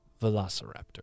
Velociraptor